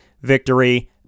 victory